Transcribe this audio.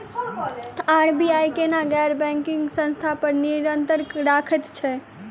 RBI केना गैर banking संस्था पर नियत्रंण राखैत छैक?